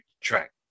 track